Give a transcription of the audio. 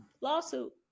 lawsuit